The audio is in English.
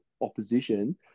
opposition